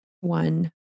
one